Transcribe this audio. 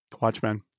Watchmen